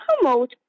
promote